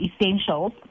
essentials